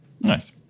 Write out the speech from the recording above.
nice